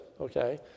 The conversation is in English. okay